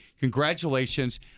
congratulations